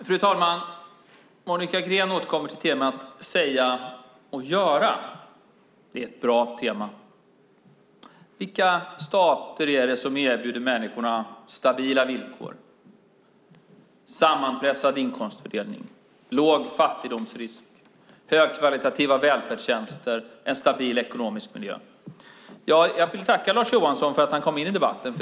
Fru talman! Monica Green återkommer till temat säga och göra. Det är ett bra tema. Vilka stater är det som erbjuder människorna stabila villkor, sammanpressad inkomstfördelning, låg fattigdomsrisk, högkvalitativa välfärdstjänster och en stabil ekonomisk miljö? Jag vill tacka Lars Johansson för att han kom in i debatten.